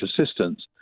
assistance